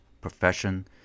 profession